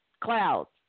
Clouds